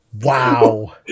Wow